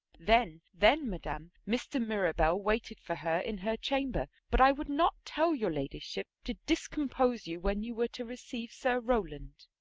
then, then, madam, mr. mirabell waited for her in her chamber but i would not tell your ladyship to discompose you when you were to receive sir rowland.